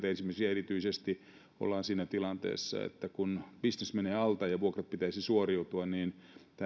esimerkiksi ja erityisesti on siinä tilanteessa että bisnes menee alta ja vuokrista pitäisi suoriutua niin tämä